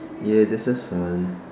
ya there's a sun